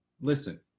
listen